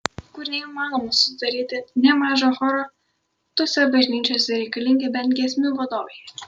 kur neįmanoma sudaryti nė mažo choro tose bažnyčiose reikalingi bent giesmių vadovai